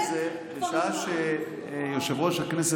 כבר יומיים.